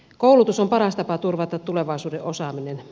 koulutus on paras tapa turvata tulevaisuuden osaaminen